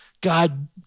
God